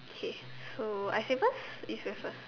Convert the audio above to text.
K so I say first you say first